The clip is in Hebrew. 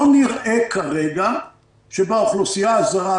לא נראה כרגע שבאוכלוסייה הזרה,